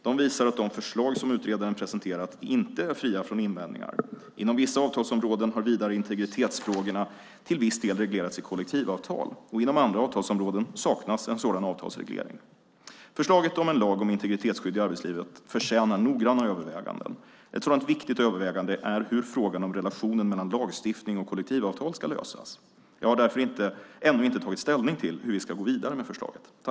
De visar att de förslag som utredaren presenterat inte är fria från invändningar. Inom vissa avtalsområden har vidare integritetsfrågorna till viss del reglerats i kollektivavtal. Inom andra avtalsområden saknas en sådan avtalsreglering. Förslaget om en lag om integritetsskydd i arbetslivet förtjänar noggranna överväganden. Ett sådant viktigt övervägande är hur frågan om relationen mellan lagstiftning och kollektivavtal ska lösas. Jag har därför ännu inte tagit ställning till hur vi ska gå vidare med förslaget.